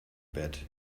bet